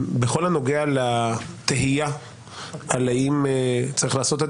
בכל הנוגע לתהייה על האם צריך לעשות את